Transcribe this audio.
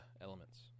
elements